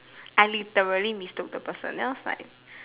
I literally mistook the person then I was like